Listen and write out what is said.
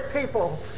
people